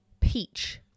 Peach